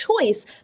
choice